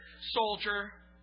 soldier